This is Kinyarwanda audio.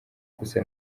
gusa